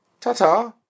Ta-ta